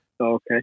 Okay